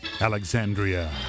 Alexandria